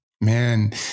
Man